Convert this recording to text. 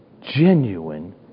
genuine